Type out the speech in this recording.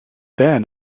then